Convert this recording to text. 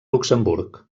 luxemburg